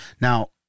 Now